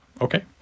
okay